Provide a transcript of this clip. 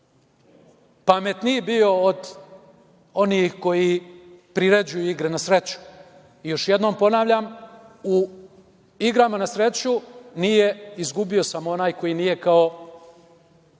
pametniji bio od onih koji priređuju igre na sreću. Još jednom ponavljam, u igrama na sreću nije izgubio samo onaj ko nije, kao